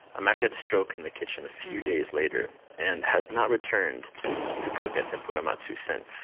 um actually had a stroke in the kitchen a few days later and has not returned to cook at tempura matsu since.